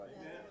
Amen